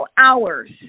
hours